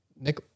Nick